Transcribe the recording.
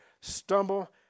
stumble